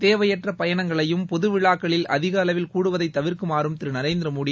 தேவையற்ற பயணங்களையும் பொது விழாக்களில் அதிக அளவில் கூடுவதை தவிர்க்குமாறும் திரு நரேந்திர மோடி